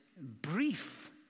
brief